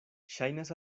ŝajnas